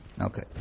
Okay